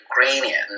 Ukrainian